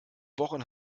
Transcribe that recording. wochen